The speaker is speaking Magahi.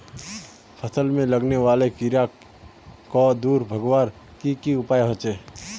फसल में लगने वाले कीड़ा क दूर भगवार की की उपाय होचे?